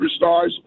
superstars